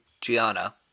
Gianna